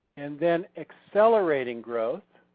and then accelerating growth,